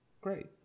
Great